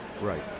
Right